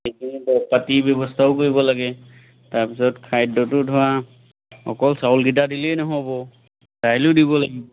সেইখিনি দৰব পাতি ব্যৱস্থাও কৰিব লাগে তাৰপিছত খাদ্যটো ধৰা অকল চাউলকেইটা দিলেই নহ'ব দাইলো দিব লাগিব